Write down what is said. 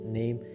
name